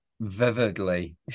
vividly